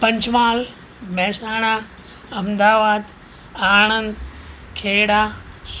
Panchmahal Mehsana Ahmedabad Anand Kheda